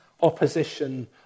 opposition